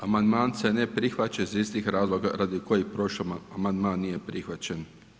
Amandman se ne prihvaća iz istih razloga radi kojih prošli amandman nije prihvaćen.